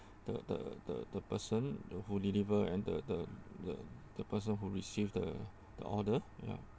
the the the the person who deliver and the the the the person who received the the order ya